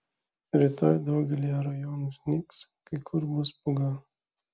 rytoj daugelyje rajonų snigs kai kur bus pūga